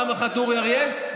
פעם אחת אורי אריאל,